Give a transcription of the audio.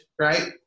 right